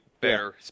better